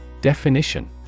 Definition